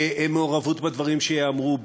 במעורבות בדברים שייאמרו,